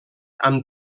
amb